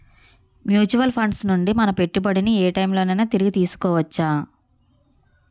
Mutual funds నుండి మన పెట్టుబడిని ఏ టైం లోనైనా తిరిగి తీసుకోవచ్చా?